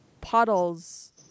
puddles